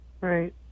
Right